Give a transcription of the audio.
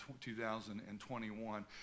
2021